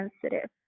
sensitive